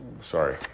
sorry